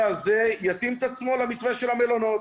הזה יתאים את עצמו למתווה של המלונות.